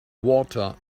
water